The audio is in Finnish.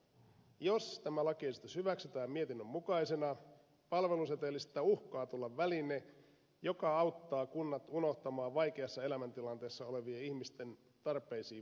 jos tämä lakiesitys hyväksytään mietinnön mukaisena palvelusetelistä uhkaa tulla väline joka auttaa kunnat unohtamaan vaikeassa elämäntilanteessa olevien ihmisten tarpeisiin vastaamisen